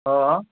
অঁ